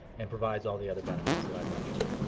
and provides all the other benefits that i've mentioned.